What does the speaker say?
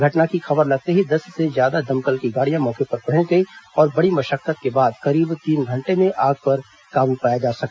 घटना की खबर लगते ही दस से ज्यादा दमकल की गाड़ियां मौके पर पहुंच गई और बड़ी मशक्कत के बाद करीब तीन घंटे में आग पर काबू पाया जा सका